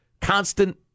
Constant